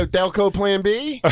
ah delco plan b?